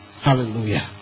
Hallelujah